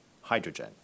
hydrogen